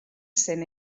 cent